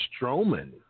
Strowman